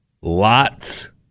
lots